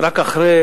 רק אחרי